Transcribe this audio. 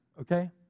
okay